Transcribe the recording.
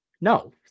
No